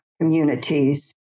communities